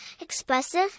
expressive